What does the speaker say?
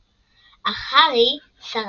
אך הארי שרד,